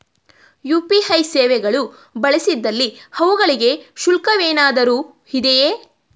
UPI ಸೇವೆಗಳು ಬಳಸಿದಲ್ಲಿ ಅವುಗಳಿಗೆ ಶುಲ್ಕವೇನಾದರೂ ಇದೆಯೇ?